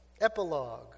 Epilogue